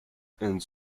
and